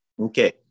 okay